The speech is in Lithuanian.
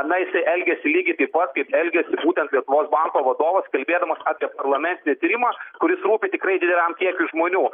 na jisai elgiasi lygiai taip pat kaip elgiasi būtent lietuvos banko vadovas kalbėdamas apie parlamentinį tyrimą kuris rūpi tikrai dideliam kiekiui žmonių